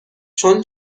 چون